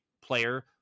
player